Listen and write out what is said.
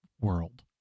world